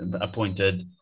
appointed